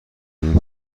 این